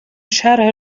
شرح